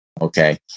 Okay